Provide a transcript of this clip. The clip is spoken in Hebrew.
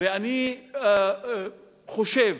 ואני חושב